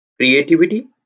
creativity